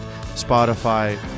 Spotify